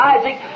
Isaac